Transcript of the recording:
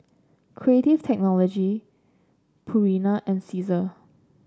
Creative Technology Purina and Cesar